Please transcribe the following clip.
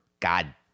God